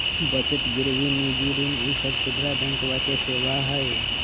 बचत गिरवी निजी ऋण ई सब खुदरा बैंकवा के सेवा हई